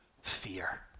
fear